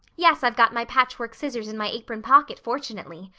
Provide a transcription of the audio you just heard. yes. i've got my patchwork scissors in my apron pocket fortunately,